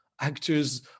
actors